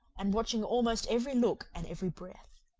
and watching almost every look and every breath.